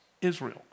Israel